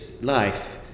life